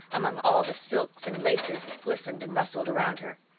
among all the silks and laces that glistened and rustled around her.